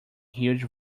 huge